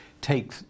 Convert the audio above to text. take